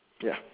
ya